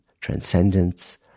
transcendence